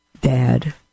Dad